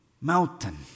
mountain